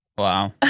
Wow